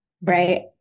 right